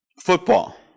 football